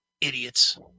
idiots